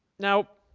now,